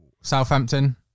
Southampton